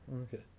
okay